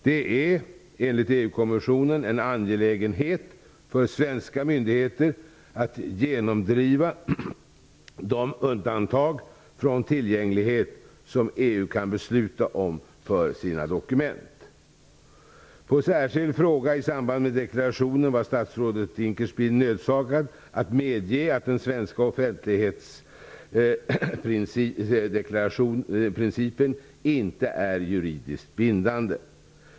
Det är, enligt EU-kommissionen, en angelägenhet för svenska myndigheter att genomdriva de undantag från tillgänglighet som EU kan besluta om för sina dokument. På särskild fråga i samband med deklarationen var statsrådet Dinkelspiel nödsakad att medge att den svenska offentlighetsprincipen inte är juridiskt bindande.